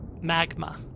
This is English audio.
magma